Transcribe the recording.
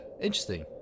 interesting